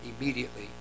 immediately